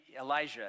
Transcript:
Elijah